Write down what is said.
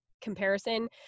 comparison